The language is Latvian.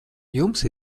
jums